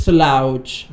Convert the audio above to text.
Slouch